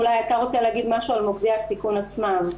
אתה אולי רוצה להגיד משהו על מוקדי הסיכון עצמם?